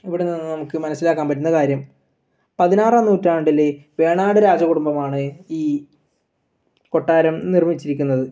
ഇവിടെ നിന്ന് നമുക്ക് മനസ്സിലാക്കാൻ പറ്റുന്ന കാര്യം പതിനാറാം നൂറ്റാണ്ടിൽ വേണാട് രാജകുടുംബമാണ് ഈ കൊട്ടാരം നിർമ്മിച്ചിരിക്കുന്നത്